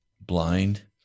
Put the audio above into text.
blind